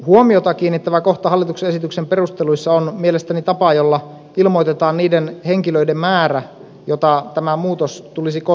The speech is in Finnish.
huomiota kiinnittävä kohta hallituksen esityksen perusteluissa on mielestäni tapa jolla ilmoitetaan niiden henkilöiden määrä joita tämä muutos tulisi koskemaan